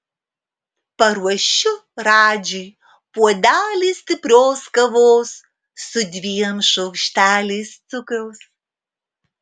paruošiu radžiui puodelį stiprios kavos su dviem šaukšteliais cukraus